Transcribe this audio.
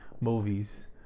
movies